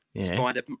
spider